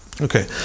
okay